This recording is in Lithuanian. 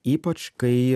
ypač kai